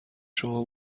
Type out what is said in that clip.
شما